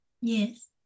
Yes